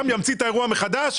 גם ימציא את האירוע מחדש?